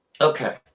Okay